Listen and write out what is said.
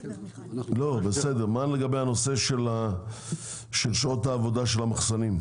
מה לגבי שעות העבודה של המחסנים?